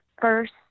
first